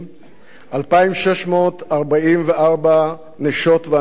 2,644 נשות ואנשי מכירות,